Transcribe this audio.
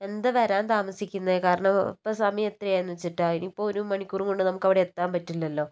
എന്താ വരാന് താമസിക്കുന്നത് കാരണം ഇപ്പം സമയം എത്രയായെന്നു വെച്ചിട്ടാണ് ഇനി ഇപ്പോൾ ഒരു മണിക്കൂറും കൊണ്ട് നമുക്ക് അവിടെ എത്താന് പറ്റില്ലല്ലോ